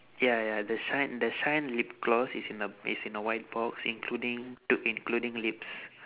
ya ya ya the shine the shine lip gloss is in the is in the white box including t~ including lips